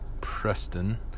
Preston